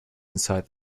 inside